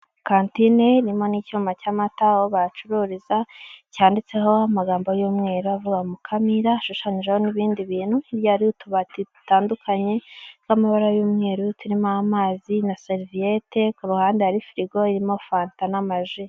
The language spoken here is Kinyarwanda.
Kantine irimo n'icyuma cy'amata aho bayacururiza, cyanditseho amagambo y'umweru Mukamira, ashushanyijeho n'ibindi bintu hari utubati dutandukanye tw'amabara y'umweru, turimo amazi na seriviyete, ku ruhande hari firigo irimo fanta n'amaji.